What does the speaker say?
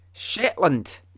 Shetland